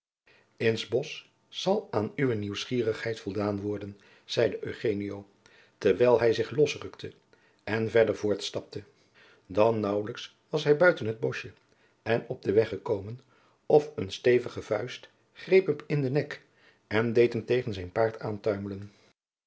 s bosch zal aan uwe nieuwsgierigheid voldaan worden zeide eugenio terwijl hij zich losrukte en verder voortstapte dan naauwlijks was hij buiten het boschje en op den weg gekomen of een stevige vuist greep hem in den nek en deed hem tegen zijn paard aantuimelen